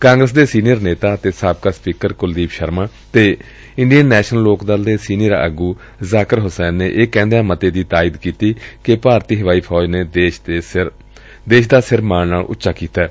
ਕਾਂਗਰਸ ਦੇ ਸੀਨੀਅਰ ਨੇਤਾ ਅਤੇ ਸਾਬਕਾ ਸਪੀਕਰ ਕੁਲਦੀਪ ਸ਼ਰਮਾ ਅਤੇ ਇੰਡੀਅਨ ਨੈਸ਼ਨਲ ਲੋਕ ਦਲ ਦੇ ਸੀਨੀਅਰ ਆਗੂ ਜ਼ਾਕਿਰ ਹੁਸੈਨ ਨੇ ਇਹ ਕਹਿੰਦਿਆਂ ਮਤੇ ਦੀ ਤਾਈਦ ਕੀਤੀ ਕਿ ਭਾਰਤੀ ਹਵਾਈ ਫੌਜ ਨੇ ਦੇਸ਼ ਦੇ ਸਿਰ ਮਾਣ ਨਾਲ ਉੱਚਾ ਕੀਤੈ